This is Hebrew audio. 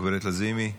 גב' לזימי?